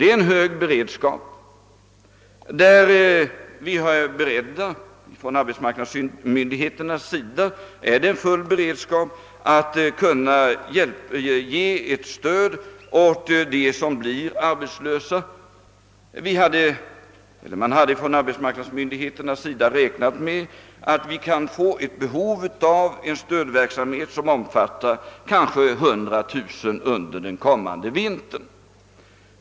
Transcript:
Vi har en hög beredskap, där arbetsmarknadsmyndigheterna är beredda att ge ett stöd åt dem som blir arbetslösa. Arbetsmarknadsmyndigheterna hade räknat med att vi kan få behov av en stödverksamhet som omfattar kanske 100 000 människor under den kommande vintern.